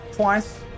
Twice